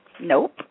Nope